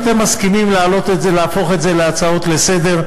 האם אתם מסכימים להפוך את הצעת החוק להצעה לסדר-היום,